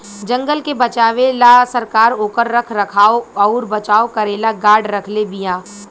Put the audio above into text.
जंगल के बचावे ला सरकार ओकर रख रखाव अउर बचाव करेला गार्ड रखले बिया